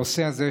הנושא הזה,